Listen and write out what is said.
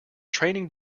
training